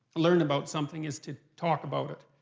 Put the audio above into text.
learn about something is to talk about it.